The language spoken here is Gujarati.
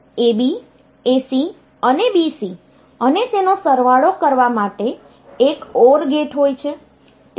તેથી AB AC અને BC અને તેનો સરવાળો કરવા માટે એક OR ગેટ હોય છે